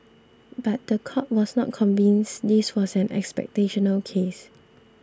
but the court was not convinced this was an expectational case